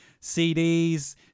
cds